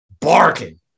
barking